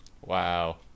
Wow